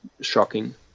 shocking